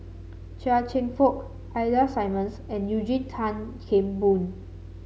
Chia Cheong Fook Ida Simmons and Eugene Tan Kheng Boon